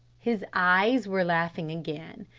his eyes were laughing again.